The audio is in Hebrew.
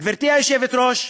גברתי היושבת-ראש,